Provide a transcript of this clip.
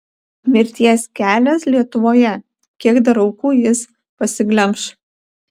mirties kelias lietuvoje kiek dar aukų jis pasiglemš